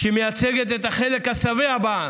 שמייצגת את החלק השבע בעם,